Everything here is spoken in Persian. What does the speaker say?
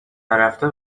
نرفته